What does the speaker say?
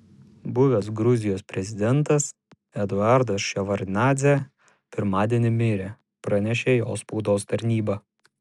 buvęs gruzijos prezidentas eduardas ševardnadzė pirmadienį mirė pranešė jo spaudos tarnyba